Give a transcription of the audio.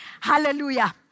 Hallelujah